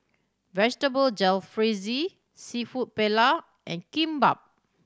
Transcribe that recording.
Vegetable Jalfrezi Seafood Paella and Kimbap